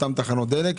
אותן תחנות דלק,